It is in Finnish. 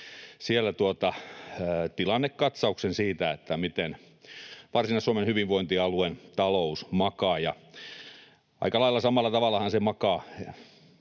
siellä tilannekatsauksen siitä, miten Varsinais-Suomen hyvinvointialueen talous makaa, ja aika lailla samalla tavallahan se makaa